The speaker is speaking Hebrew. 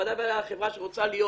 בוודאי בחברה שרוצה להיות